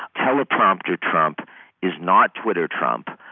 teleprompter trump is not twitter trump.